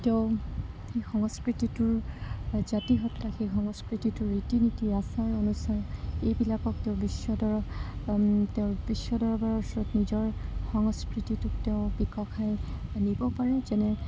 তেওঁ সেই সংস্কৃতিটোৰ জাতি সত্বা সেই সংস্কৃতিটোৰ ৰীতি নীতি আচাৰ অনুচাৰ এইবিলাকক তেওঁ বিশ্বদৰ তেওঁৰ বিশ্বদৰবাৰৰ ওচৰত নিজৰ সংস্কৃতিটোক তেওঁ বিকশাই আনিব পাৰে যেনে